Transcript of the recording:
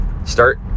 Start